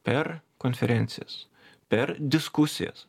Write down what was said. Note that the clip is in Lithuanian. per konferencijas per diskusijas